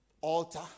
altar